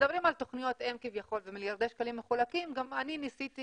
כשמדברים על תוכניות-אם כביכול ומיליארדי שקלים מחולקים גם אני ניסיתי,